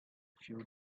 few